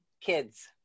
kids